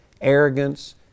arrogance